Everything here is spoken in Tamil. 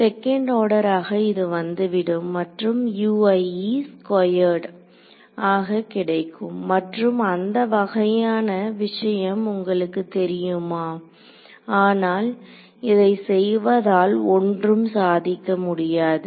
செகண்ட் ஆர்டராக இது வந்துவடும் மற்றும் ஸ்கொயர்டு ஆக கிடைக்கும் மற்றும் அந்த வகையான விஷயம் உங்களுக்கு தெரியுமா ஆனால் இதை செய்வதால் ஒன்றும் சாதிக்க முடியாது